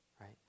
right